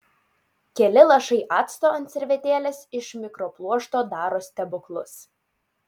keli lašai acto ant servetėlės iš mikropluošto daro stebuklus